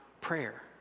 prayer